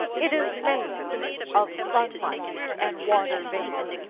it is made of sunlight and water vapor.